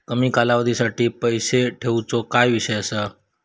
कमी कालावधीसाठी पैसे ठेऊचो काय विषय असा?